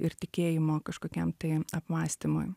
ir tikėjimo kažkokiam tai apmąstymui